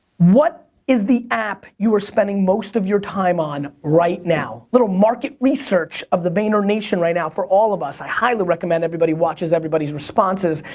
what is the app you are spending most of your time on right now? little market research of the vaynernation right now, for all of us, i highly recommend everybody watches everybody's responses,